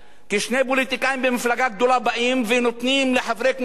כי שני פוליטיקאים במפלגה גדולה באים ונותנים לחברי כנסת,